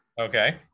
Okay